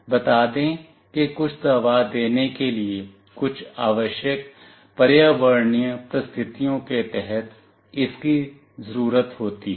बता दें कि कुछ दवा देने के लिए कुछ आवश्यक पर्यावरणीय परिस्थितियों के तहत इसकी जरूरत होती है